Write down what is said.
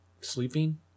sleeping